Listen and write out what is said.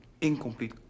incomplete